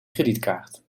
kredietkaart